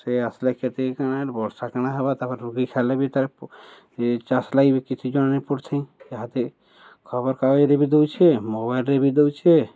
ସେ ଆସିଲେ କେତେ କାଣା ବର୍ଷା କାଣା ହେବା ତାପରେ ରୋଗୀ ଖାଇଲେ ବି ତରେ ଚାଷ ଲାଗି ବି କିଛି ଜଣ ପଡ଼ୁଥିଁ ଯାହାତି ଖବରକାଗଜରେ ବି ଦଉଛେ ମୋବାଇଲ୍ରେ ବି ଦଉଛେ